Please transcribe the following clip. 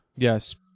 yes